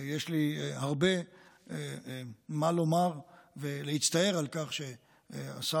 יש לי הרבה מה לומר ולהצטער על כך שהשר